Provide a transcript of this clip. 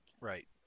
Right